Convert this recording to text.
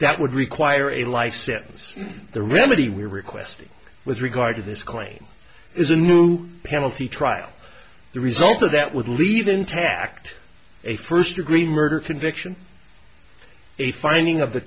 that would require a life sentence the remedy we are requesting with regard to this claim is a new penalty trial the result of that would leave intact a first degree murder conviction a finding of the